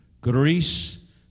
Greece